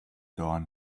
dawn